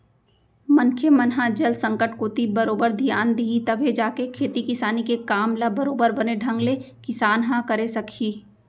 मनखे मन ह जल संकट कोती बरोबर धियान दिही तभे जाके खेती किसानी के काम ल बरोबर बने ढंग ले किसान ह करे सकही